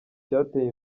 cyateye